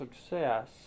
success